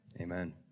Amen